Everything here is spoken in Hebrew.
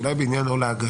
אולי כן בעניין "או להגשה",